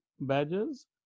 badges